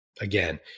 again